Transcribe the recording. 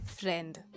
friend